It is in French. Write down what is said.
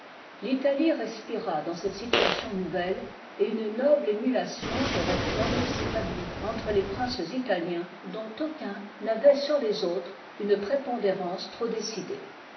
l'italie respira dans cette situation nouvelle et une noble émulation de réformes s'établit entre les princes italiens dont aucun n'avait sur les autres une prépondérance trop décidée